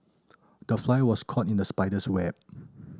the fly was caught in the spider's web